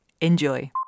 Enjoy